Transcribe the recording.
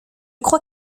crois